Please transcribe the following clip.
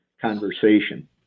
conversation